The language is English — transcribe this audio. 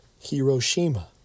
Hiroshima